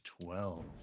twelve